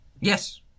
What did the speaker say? Yes